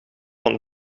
van